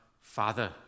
Father